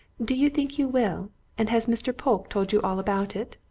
do you think you will and has mr. polke told you all about it?